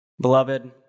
Beloved